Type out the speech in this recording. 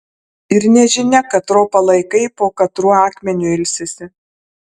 ir nežinia katro palaikai po katruo akmeniu ilsisi